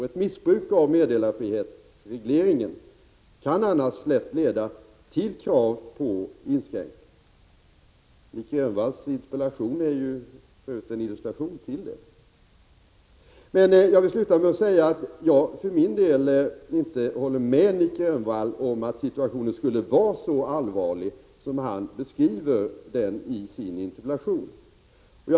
Ett missbruk av regleringen i fråga om meddelarfriheten kan annars lätt leda till krav på inskränkningar. Nic Grönvalls interpellation illustrerar just detta. Jag vill sluta med att säga att jag för min del inte håller med Nic Grönvall om att situationen är så allvarlig som han beskriver i sin interpellation.